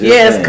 Yes